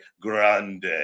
Grande